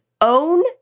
own